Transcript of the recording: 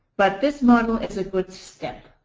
but this model is a good step.